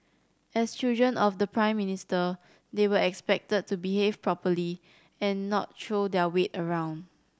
as children of the Prime Minister they were expected to behave properly and not throw their weight around